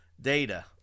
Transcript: data